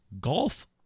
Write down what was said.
golf